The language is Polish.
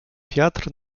wiatr